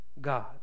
God